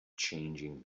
changing